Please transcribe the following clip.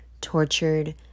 tortured